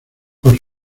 por